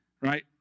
right